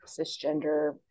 cisgender